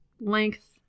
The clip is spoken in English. length